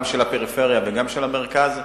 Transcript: גם של הפריפריה וגם של המרכז.